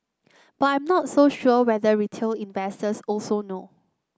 but I'm not so sure whether retail investors also know